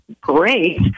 great